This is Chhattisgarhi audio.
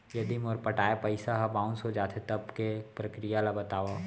यदि मोर पटाय पइसा ह बाउंस हो जाथे, तब के प्रक्रिया ला बतावव